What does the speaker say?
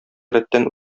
рәттән